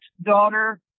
daughter